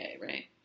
right